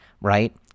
right